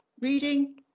reading